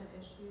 issues